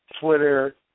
Twitter